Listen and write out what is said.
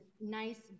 nice